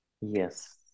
Yes